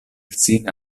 sin